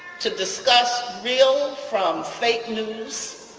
to discuss real from fake news.